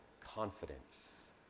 confidence